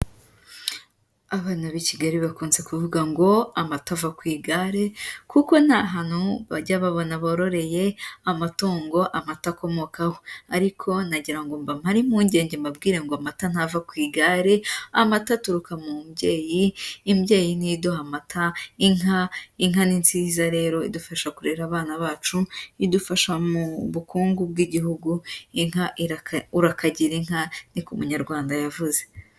Abana b'i Kigali bakunze kuvuga ngo "amata ava ku igare", kuko nta hantu bajya babona bororeye amatungo amata akomokaho, ariko nagira ngo mbamare impungenge mbabwire ngo "amata ntava ku igare, amata aturuka mu mbyeyi, imbyeyi ni yo iduha amata, inka", inka ni nziza rero idufasha kurera abana bacu, idufasha mu bukungu bw'igihugu, inka, urakagire inka, ni ko Umunyarwanda yavuze.